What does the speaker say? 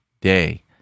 day